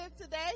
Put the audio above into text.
today